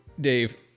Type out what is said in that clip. Dave